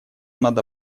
надо